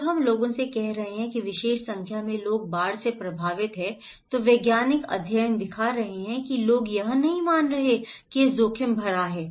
जब हम लोगों से कह रहे हैं कि विशेष संख्या में लोग बाढ़ से प्रभावित हैं तो वैज्ञानिक अध्ययन दिखा रहे हैं कि लोग यह नहीं मान रहे हैं कि यह जोखिम भरा है